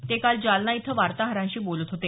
ते काल जालना इथं वार्ताहरांशी बोलत होते